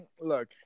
look